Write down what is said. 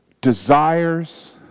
desires